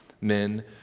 men